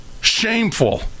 shameful